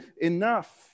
enough